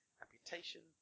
Amputation